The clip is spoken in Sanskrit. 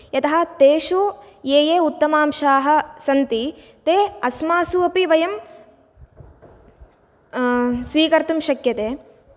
यतः तेषु ये ये उत्तमांशाः सन्ति ते अस्मासु अपि वयं स्वीकर्तुं शक्यते